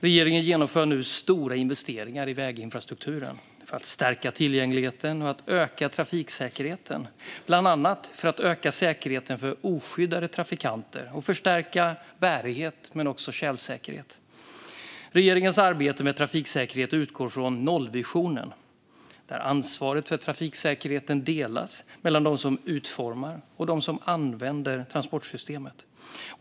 Regeringen genomför nu stora investeringar i väginfrastrukturen för att stärka tillgängligheten och öka trafiksäkerheten, bland annat för att öka säkerheten för oskyddade trafikanter och förstärka bärighet men också tjälsäkerhet. Regeringens arbete med trafiksäkerhet utgår från nollvisionen, där ansvaret för trafiksäkerheten delas mellan dem som utformar och dem som använder transportsystemet.